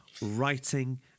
writing